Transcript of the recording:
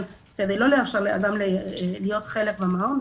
כדי לא לאפשר לאדם להיות חלק מהמעון,